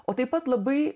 o taip pat labai